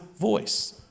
voice